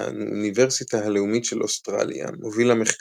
מהאוניברסיטה הלאומית של אוסטרליה, מוביל המחקר,